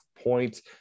points